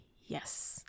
yes